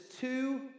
two